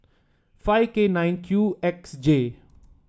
five K nine Q X J